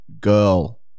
girl